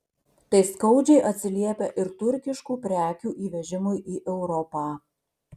tai skaudžiai atsiliepia ir turkiškų prekių įvežimui į europą